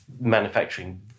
manufacturing